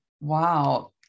Wow